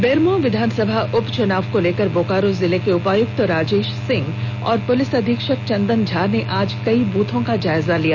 बेरमो विधानसभा उपच्नाव को लेकर बोकारो जिले के उपायुक्त राजेश सिंह और पुलिस अधीक्षक चंदन झा ने आज कई बूथों का जायजा लिया